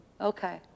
Okay